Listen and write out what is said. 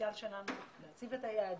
הפוטנציאל שלנו להציב את היעדים